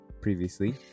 previously